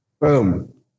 Boom